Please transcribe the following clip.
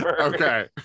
okay